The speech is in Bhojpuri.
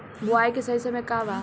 बुआई के सही समय का वा?